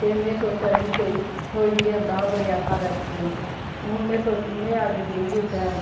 ते में सोचा दी ही कोई थ्होई जंदा हा कोई ऐसा रेस्ट्ररेंट हून में सो में अज्ज गेई उत्थे